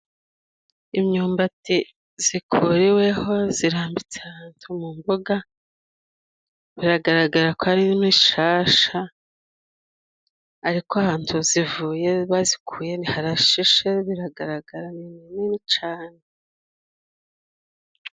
Imyumbati zikuriweho zirambitse ahantu mu mbuga, biragaragara ko ari mishasha ariko ahantu zivuye bazikuye harashishe, biragaragara ni minini cane.